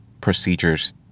procedures